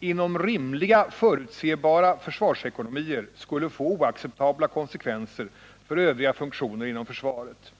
inom rimliga förutsebara försvarsekonomier skulle få oacceptabla konsekvenser för övriga funktioner inom försvaret.